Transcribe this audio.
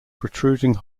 protruding